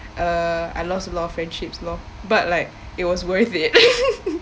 uh I lost a lot of friendships lor but like it was worth it